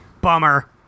Bummer